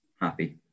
happy